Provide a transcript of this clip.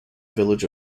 village